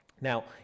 Now